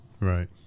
right